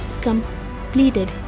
completed